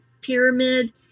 pyramid